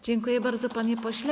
Dziękuję bardzo, panie pośle.